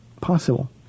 possible